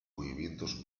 movimientos